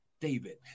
David